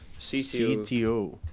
CTO